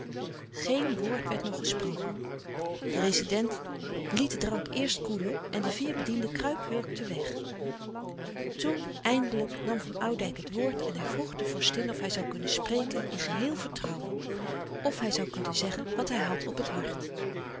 geen woord werd nog gesproken de rezident liet den drank eerst koelen en de vier bedienden kruiphurkten weg toen eindelijk nam van oudijck het woord en hij vroeg de vorstin of hij zoû kunnen spreken in geheel vertrouwen of hij zoû kunnen zeggen wat hij had op het hart